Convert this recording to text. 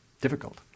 difficult